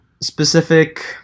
specific